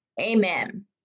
amen